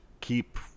keep